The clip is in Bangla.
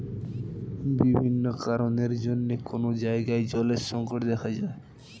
বিভিন্ন কারণের জন্যে কোন জায়গায় জলের সংকট দেখা যায়